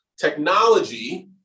technology